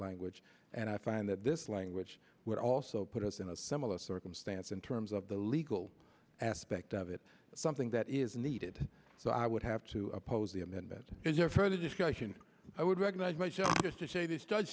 language and i find that this language would also put us in a similar circumstance in terms of the legal aspect of it something that is needed so i would have to oppose the amendment is there further discussion i would recognize myself just to say the st